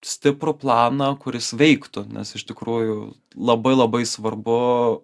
stiprų planą kuris veiktų nes iš tikrųjų labai labai svarbu